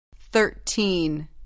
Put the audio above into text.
Thirteen